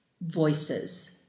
voices